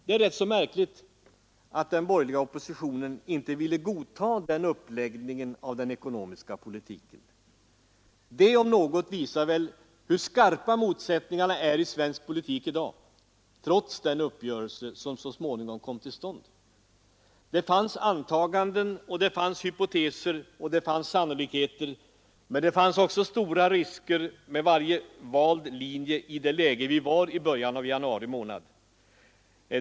Det är märkligt att den borgerliga oppositionen inte ville godta den uppläggningen av den ekonomiska politiken. Det, om något, visar väl hur skarpa motsättningarna är i svensk politik i dag trots den uppgörelse som så småningom kom till stånd. Det fanns antaganden och det fanns hypoteser och det fanns sannolikheter, men det fanns också stora risker förknippade med varje vald linje i det läge vi befann oss i vid början av januari månad.